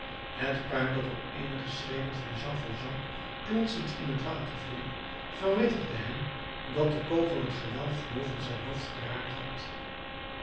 het puin dat op eenige schreden van jean valjean klotsend in het water viel verwittigde hem dat de kogel het gewelf boven zijn hoofd geraakt had